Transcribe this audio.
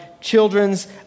children's